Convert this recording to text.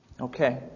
Okay